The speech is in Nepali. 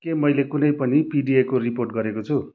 के मैले कुनै पनि पिडिएको रिपोर्ट गरेको छु